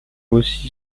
aussi